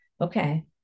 Okay